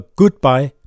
Goodbye